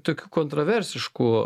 tokių kontroversiškų